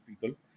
people